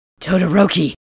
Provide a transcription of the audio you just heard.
Todoroki